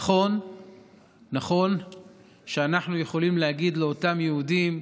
נכון שאנחנו יכולים להגיד לאותם יהודים: